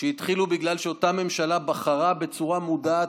שהתחילו בגלל שאותה ממשלה בחרה בצורה מודעת